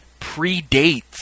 predates